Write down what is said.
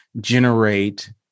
generate